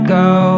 go